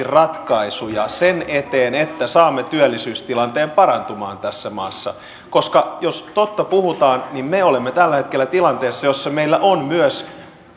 ratkaisuja sen eteen että saamme työllisyystilanteen parantumaan tässä maassa koska jos totta puhutaan niin me olemme tällä hetkellä tilanteessa jossa meillä on myös